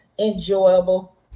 enjoyable